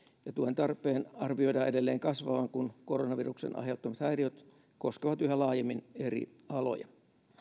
ja tuen tarpeen arvioidaan edelleen kasvavan kun koronaviruksen aiheuttamat häiriöt koskevat yhä laajemmin eri aloja